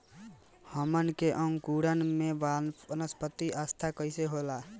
हमन के अंकुरण में वानस्पतिक अवस्था कइसे होला?